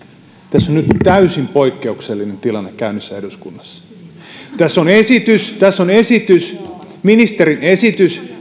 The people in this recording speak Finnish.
tässä on nyt täysin poikkeuksellinen tilanne käynnissä eduskunnassa tässä on esitys ministerin esitys